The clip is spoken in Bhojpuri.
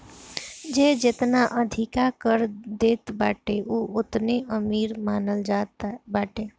जे जेतना अधिका कर देत बाटे उ ओतने अमीर मानल जात बाटे